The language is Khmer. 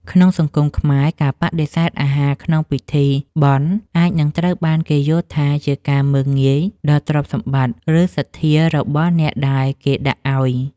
ក្នុងសង្គមខ្មែរការបដិសេធអាហារក្នុងកម្មវិធីបុណ្យ អាចនឹងត្រូវបានគេយល់ថាជាការមើលងាយដល់ទ្រព្យសម្បត្តិ ឬសទ្ធារបស់អ្នកដែលគេដាក់ឱ្យ។